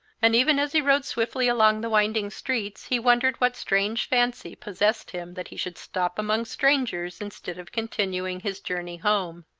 and even as he rode swiftly along the winding streets he wondered what strange fancy possessed him that he should stop among strangers instead of continuing his journey home.